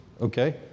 Okay